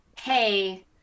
hey